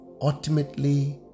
...ultimately